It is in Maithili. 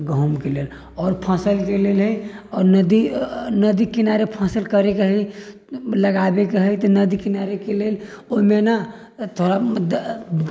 गहुँमके लेल आओर फसलके लेल हइ नदी किनारे फसल करैके हइ लगाबै की हइ तऽ नदी किनारेके लेल ओहिमे ने थोड़ा